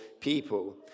people